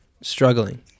struggling